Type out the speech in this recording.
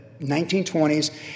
1920s